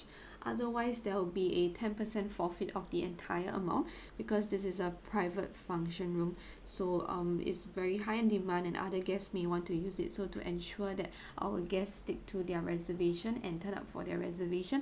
otherwise there will be a ten percent forfeit of the entire amount because this is a private function room so um is very high in demand and other guests may want to use it so to ensure that our guest stick to their reservation and turn up for their reservation